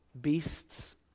beasts